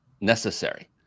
necessary